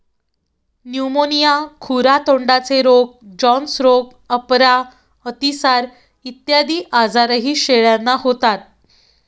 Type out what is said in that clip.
pneumonia, खुरा तोंडाचे रोग, जोन्स रोग, अपरा, अतिसार इत्यादी आजारही शेळ्यांना होतात